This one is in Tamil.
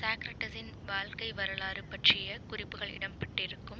சாக்ரட்டிஸின் வாழ்க்கை வரலாறு பற்றிய குறிப்புகள் இடம் பெற்றிருக்கும்